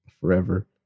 forever